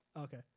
Okay